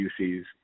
UC's